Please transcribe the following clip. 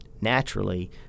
naturally